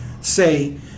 say